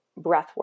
breathwork